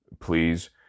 please